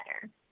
better